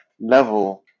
level